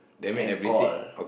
and call